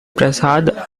prasad